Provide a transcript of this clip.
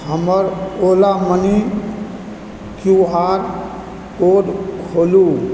हमर ओला money Q R code खोलु